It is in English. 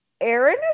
Aaron